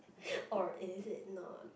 or is it not